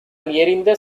எறிந்த